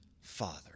father